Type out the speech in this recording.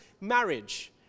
marriage